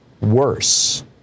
worse